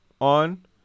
on